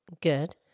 Good